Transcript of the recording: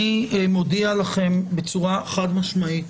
אני מודיע לכם בצורה חד משמעית,